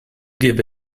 give